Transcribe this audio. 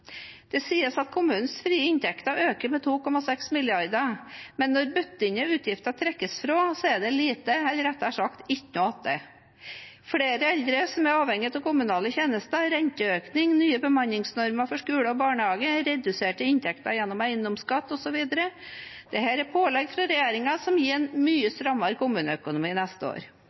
Det sies at kommunenes frie inntekter øker med 2,6 mrd. kr, men når bundne utgifter trekkes fra blir det lite eller rettere sagt ingenting igjen. Flere eldre som er avhengig av kommunale tjenester, renteøkning, nye bemanningsnormer for skole og barnehage, reduserte inntekter gjennom eiendomsskatt osv. er pålegg fra regjeringen som gir en mye strammere kommuneøkonomi neste år.